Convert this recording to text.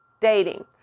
dating